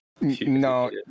No